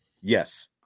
Yes